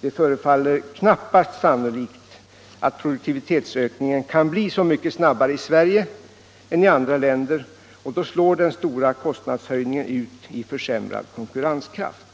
Det förefaller dock knappast sannolikt att produktivitetsökningen kan bli så mycket snabbare i Sverige än i andra länder, och då slår den stora kostnadshöjningen ut i försämrad konkurrenskraft.